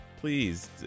Please